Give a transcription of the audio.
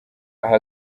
aha